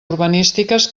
urbanístiques